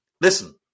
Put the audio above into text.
listen